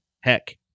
Heck